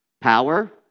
Power